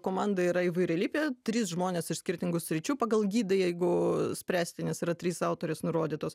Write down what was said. komanda yra įvairialypė trys žmonės iš skirtingų sričių pagal gidą jeigu spręsti nes yra trys autorės nurodytos